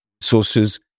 sources